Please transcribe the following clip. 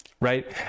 right